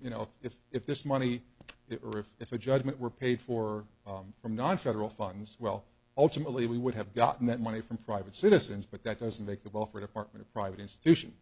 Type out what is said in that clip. you know if if this money it or if it's a judgment were paid for from non federal funds well ultimately we would have gotten that money from private citizens but that doesn't make the welfare department a private institution